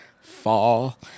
fall